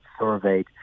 surveyed